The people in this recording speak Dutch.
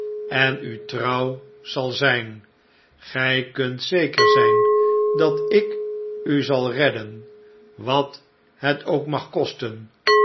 en u trouw zal zijn gij kunt zeker zijn dat ik u zal redden wat het ook mag kosten